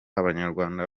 abanyarwanda